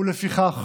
לפיכך,